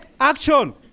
action